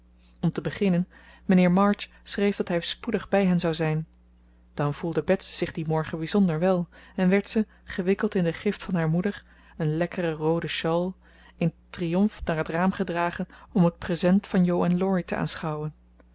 om te beginnen mijnheer march schreef dat hij spoedig bij hen zou zijn dan voelde bets zich dien morgen bijzonder wel en werd ze gewikkeld in de gift van haar moeder een lekkere roode shawl in triomf naar het raam gedragen om het present van jo en laurie te aanschouwen